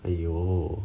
!aiyo!